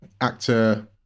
actor